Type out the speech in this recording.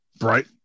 Right